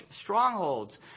strongholds